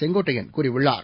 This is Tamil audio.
செங்கோட்டையன் கூறியுள்ளார்